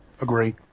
Agree